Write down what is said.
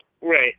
right